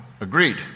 Agreed